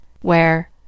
where—